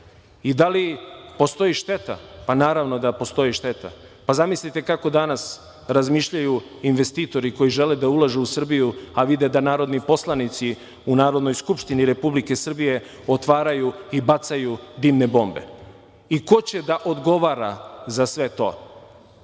I da li postoji šteta? Naravno da postoji šteta, i zamislite kako danas razmišljaju investitori koji žele da ulažu u Srbiju a vide da narodni poslanici u Narodnoj skupštini Republike Srbije otvaraju i bacaju dimne bombe. Ko će da odgovara za sve to?